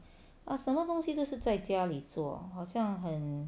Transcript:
ah 什么东西都是在家里做好像很